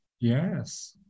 Yes